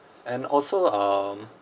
and also um